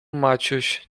maciuś